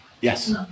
Yes